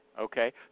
Okay